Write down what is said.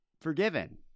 forgiven